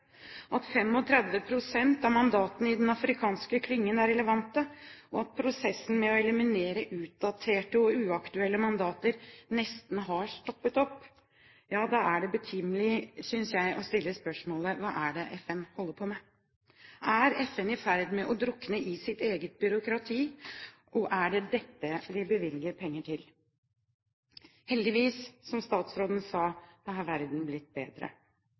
at 35 pst. av mandatene i den afrikanske klyngen er relevante, og at prosessen med å eliminere utdaterte og uaktuelle mandater nesten har stoppet opp, ja, da synes jeg det er betimelig å stille seg spørsmålet: Hva holder FN på med? Er FN i ferd med å drukne i sitt eget byråkrati – og er det dette vi bevilger penger til? Heldigvis, som statsråden sa, har verden blitt bedre,